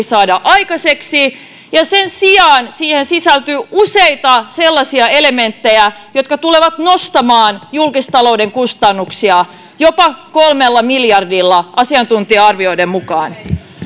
saada aikaiseksi ja sen sijaan siihen sisältyy useita sellaisia elementtejä jotka tulevat nostamaan julkistalouden kustannuksia jopa kolmella miljardilla asiantuntija arvioiden mukaan